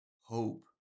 hope